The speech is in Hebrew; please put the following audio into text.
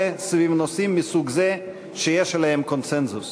סביב נושאים מסוג זה שיש עליהם קונסנזוס,